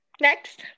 Next